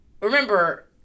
Remember